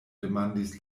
demandis